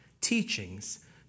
teachings